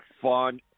fun